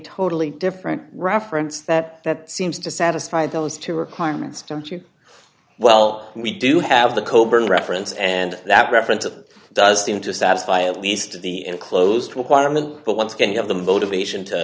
totally different reference that that seems to satisfy those two requirements don't you well we do have the coburn reference and that reference of does seem to satisfy at least the enclosed requirement but once again you have the motivation to